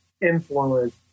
influence